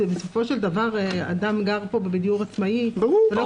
בסופו של דבר אדם גר פה בדיור עצמאי ואתה